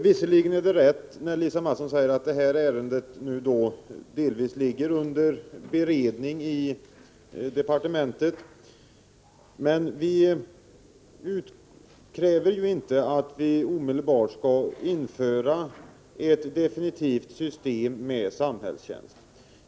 Visserligen är det rätt när Lisa Mattson säger att detta ärende delvis ligger under beredning i departementet, men vi kräver ju inte att man omedelbart skall införa ett definitivt system med samhällstjänst.